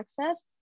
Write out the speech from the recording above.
access